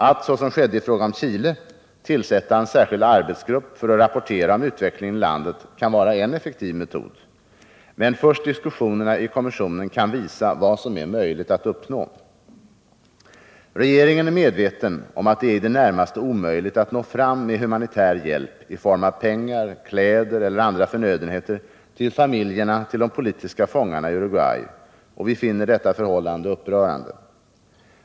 Att — såsom skedde i fråga om Chile — tillsätta en särskild arbetsgrupp för att rapportera om utvecklingen i landet kan vara en effektiv metod, men först diskussionerna i kommissionen kan visa vad som är möjligt att uppnå. Regeringen är medveten om att det är i det närmaste omöjligt att nå fram med humanitär hjälp i form av pengar, kläder eller andra förnödenheter till familjerna till de politiska fångarna i Uruguay, och vi finner detta förhållande upprörande.